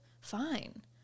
fine